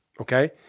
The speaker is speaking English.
okay